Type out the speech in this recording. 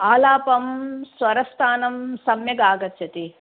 आलापं स्वरस्थानं सम्यगागच्छति